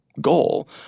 goal